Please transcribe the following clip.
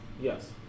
Yes